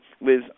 Liz